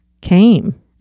came